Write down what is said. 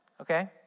Okay